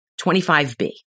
25B